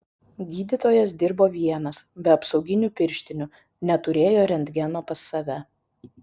gydytojas dirbo vienas be apsauginių pirštinių neturėjo rentgeno pas save